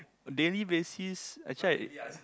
daily basis actually I